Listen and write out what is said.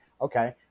Okay